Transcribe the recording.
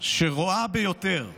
"שרואה ביותר --- תנא: